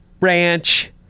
Ranch